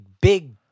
big